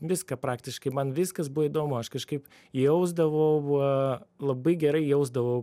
viską praktiškai man viskas buvo įdomu aš kažkaip jausdavau labai gerai jausdavau